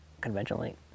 conventionally